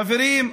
חברים,